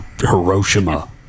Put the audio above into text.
Hiroshima